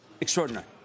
extraordinary